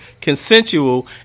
Consensual